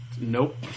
Nope